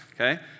okay